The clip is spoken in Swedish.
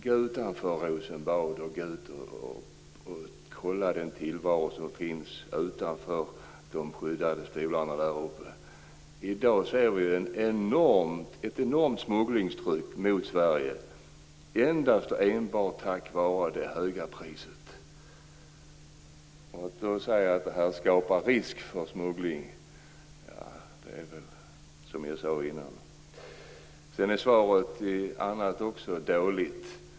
Gå utanför Rosenbad och kolla upp tillvaron utanför de skyddande väggarna där! I dag ser vi ett enormt smugglingstryck mot Sverige endast och enbart på grund av det höga priset. Och sedan säger statsrådet att det här "har skapat risk för smuggling"! Svaret är också i övrigt dåligt.